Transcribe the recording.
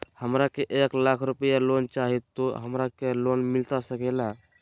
हमरा के एक लाख रुपए लोन चाही तो की हमरा के लोन मिलता सकेला?